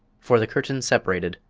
for the curtains separated,